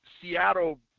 Seattle